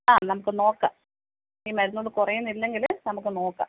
ആ നമുക്ക് നോക്കാം ഈ മരുന്ന് കൊണ്ട് കുറയുന്നില്ലെങ്കിൽ നമുക്ക് നോക്കാം